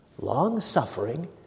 Long-suffering